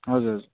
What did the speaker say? हजुर